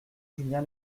julien